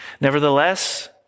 Nevertheless